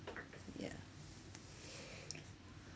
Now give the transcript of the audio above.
yeah